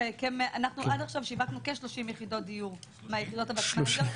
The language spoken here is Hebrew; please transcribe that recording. עד עכשיו שיווקנו כ-30% יחידות דיור מהיחידות הוותמ"ליות.